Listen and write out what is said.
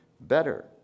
better